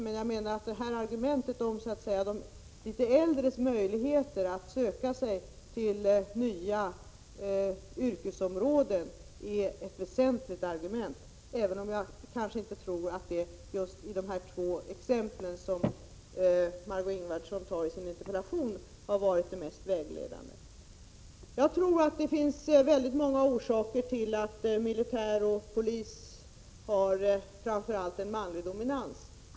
Jag menar att argumentet om de litet äldres möjligheter att söka sig till nya yrkesområden är ett väsentligt argument, även om jag kanske inte tror att det just i de två exempel som Margö Ingvardsson tar upp i sin interpellation har varit det mest vägledande. Jag tror att det finns väldigt många orsaker till att framför allt militäroch polisyrkena har en manlig dominans.